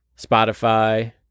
Spotify